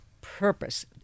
purpose